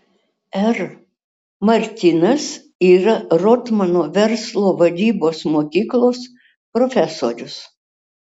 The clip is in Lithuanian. r martinas yra rotmano verslo vadybos mokyklos profesorius